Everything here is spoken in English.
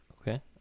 okay